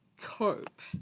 cope